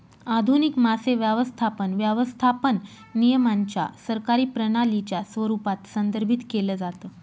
आधुनिक मासे व्यवस्थापन, व्यवस्थापन नियमांच्या सरकारी प्रणालीच्या स्वरूपात संदर्भित केलं जातं